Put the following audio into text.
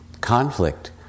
conflict